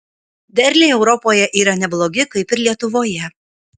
derliai europoje yra neblogi kaip ir lietuvoje